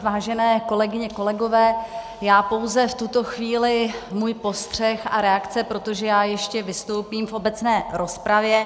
Vážené kolegyně, kolegové, pouze v tuto chvíli můj postřeh a reakce, protože já ještě vystoupím v obecné rozpravě.